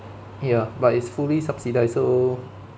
ya but it's fully subsidised so